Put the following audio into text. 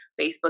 facebook